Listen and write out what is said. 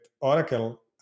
Oracle